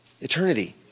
eternity